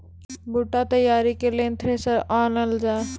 बूटा तैयारी ली केन थ्रेसर आनलऽ जाए?